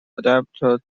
adapted